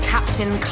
Captain